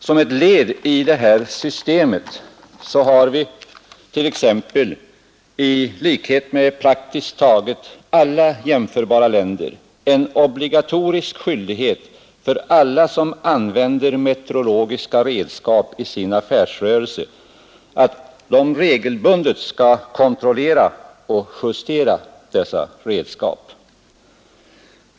Som ett led i detta system har vi t.ex. i likhet med praktiskt taget alla jämförbara länder en obligatorisk skyldighet för alla, som använder metrologiska redskap i sin affärsrörelse, att de skall regelbundet kontrollera och justera dessa redskap.